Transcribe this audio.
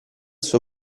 suo